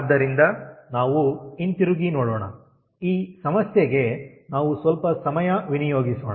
ಆದ್ದರಿಂದ ನಾವು ಹಿಂತಿರುಗಿ ನೋಡೋಣ ಈ ಸಮಸ್ಯೆಗೆ ನಾವು ಸ್ವಲ್ಪ ಸಮಯ ವಿನಿಯೋಗಿಸೋಣ